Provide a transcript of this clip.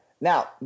Now